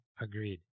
agreed